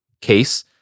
case